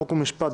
חוק ומשפט,